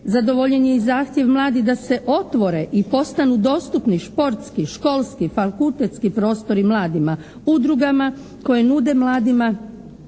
Zadovoljen je i zahtjev mladih da se otvore i postanu dostupni športski, školski, fakultetski prostori mladima, udrugama koje nude mladima